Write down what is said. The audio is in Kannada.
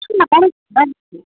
ಇಲ್ಲ ಬನ್ನಿ